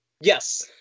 Yes